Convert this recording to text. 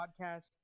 podcast